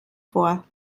vor